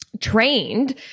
trained